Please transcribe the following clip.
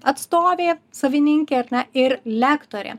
atstovė savininkė ar ne ir lektorė